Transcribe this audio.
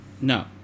No